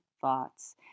thoughts